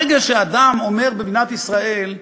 ברגע שאדם אומר במדינת ישראל: